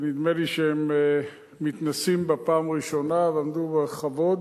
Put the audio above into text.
שנדמה לי שהם מתנסים בה פעם ראשונה ועמדו בה בכבוד.